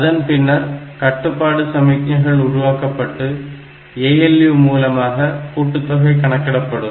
அதன் பின்னர் கட்டுப்பாடு சமிக்ஞைகள் உருவாக்கப்பட்டு ALU மூலமாக கூட்டுத்தொகை கணக்கிடப்படும்